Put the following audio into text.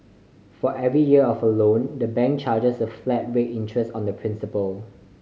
for every year of a loan the bank charges a flat rate interest on the principal